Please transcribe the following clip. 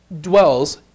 dwells